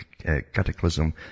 cataclysm